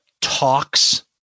talks